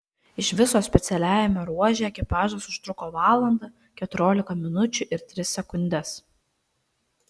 iš viso specialiajame ruože ekipažas užtruko valandą keturiolika minučių ir tris sekundes